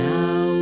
Now